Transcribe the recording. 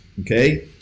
okay